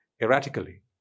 erratically